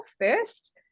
first